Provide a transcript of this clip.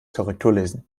korrekturlesen